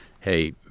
hey